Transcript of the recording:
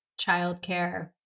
childcare